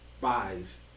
buys